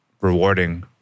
rewarding